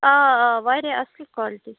آ آ واریاہ اَصٕل کالٹی